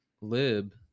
lib